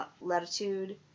latitude